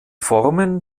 formen